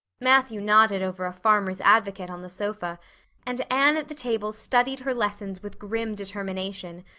matthew nodded over a farmers' advocate on the sofa and anne at the table studied her lessons with grim determination,